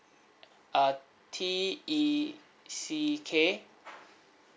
uh T E C K